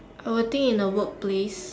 I would think in a workplace